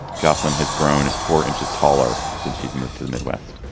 jocelyn has grown four inches taller since she's moved to the midwest.